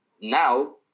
now